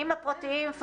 לא.